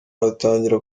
hatangira